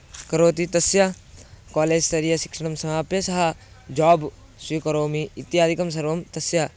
करोति तस्य कालेज् स्तरीयसिक्षणं समाप्य सः जाब् स्वीकरोमि इत्यादिकं सर्वं तस्य